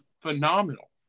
phenomenal